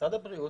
משרד הבריאות,